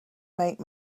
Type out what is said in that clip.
make